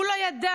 הוא לא ידע,